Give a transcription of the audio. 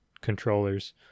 controllers